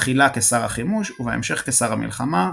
תחילה כשר החימוש ובהמשך כשר המלחמה,